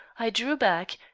i drew back,